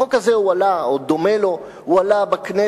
החוק הזה או דומה לו הועלה בכנסת